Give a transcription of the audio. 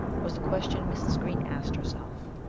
was the question mrs. green asked herself.